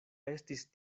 estis